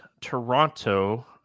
Toronto